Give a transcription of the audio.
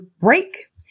break